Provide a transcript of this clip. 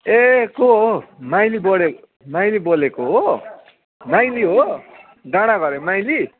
ए को हो माइली बोले माइली बोलेको हो माइली हो डाँडा घरे माइली